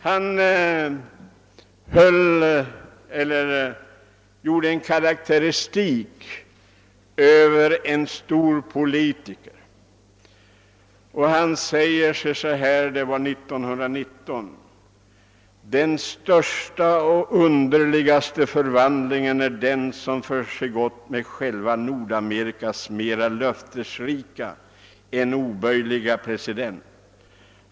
Han gjorde 1919 en karakteristik av en stor politiker och skrev: »Den största och underligaste förvandlingen är den, som försiggått med själva Nordamerikas mera löftesrika än oböjliga president.